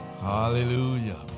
Hallelujah